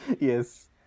Yes